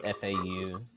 FAU